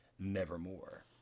nevermore